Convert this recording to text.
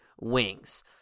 wings